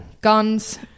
Guns